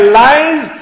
lies